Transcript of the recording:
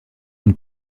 une